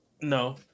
No